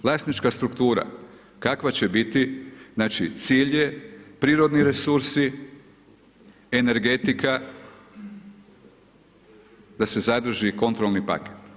Vlasnička struktura, kakva će biti, znači, cilj je prirodni resursi, energetika, da se zaduži kontrolni paket.